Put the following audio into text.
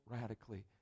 radically